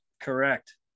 Correct